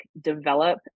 develop